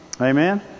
Amen